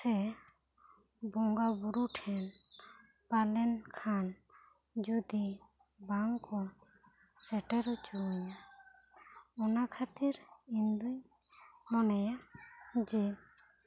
ᱥᱮ ᱵᱚᱸᱜᱟᱼᱵᱩᱨᱩ ᱴᱷᱮᱱ ᱯᱟᱞᱮᱱ ᱠᱷᱟᱱ ᱡᱩᱫᱤ ᱵᱟᱝ ᱠᱚ ᱥᱮᱴᱮᱨ ᱚᱪᱚᱣᱟᱹᱧᱟ ᱚᱱᱟ ᱠᱷᱟᱹᱛᱤᱨ ᱤᱧᱫᱚᱧ ᱢᱚᱱᱮᱭᱟ ᱡᱮ